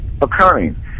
occurring